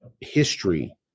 history